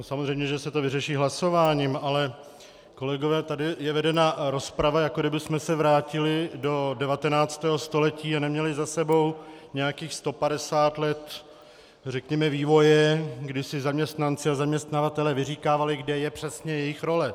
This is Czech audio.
Samozřejmě že se to vyřeší hlasováním, ale kolegové, tady je vedena rozprava, jako kdybychom se vrátili do 19. století a neměli za sebou nějakých 150 let řekněme vývoje, kdy si zaměstnanci a zaměstnavatelé vyříkávali, kde je přesně jejich role.